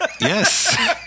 Yes